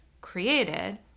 created